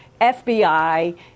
FBI